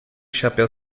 chapéu